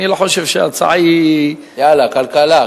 אני לא חושב שההצעה היא, יאללה, כלכלה.